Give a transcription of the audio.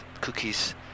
cookies